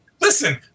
Listen